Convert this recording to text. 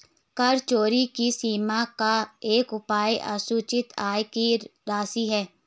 कर चोरी की सीमा का एक उपाय असूचित आय की राशि है